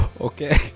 okay